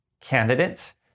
candidates